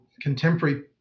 contemporary